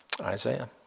Isaiah